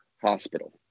hospital